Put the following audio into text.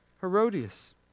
Herodias